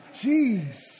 Jeez